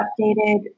updated